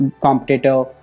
competitor